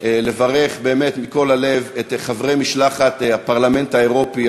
לברך באמת מכל הלב את חברי משלחת הפרלמנט האירופי,